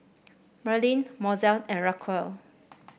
Merlyn Mozell and Racquel